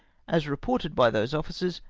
as reported by those officers,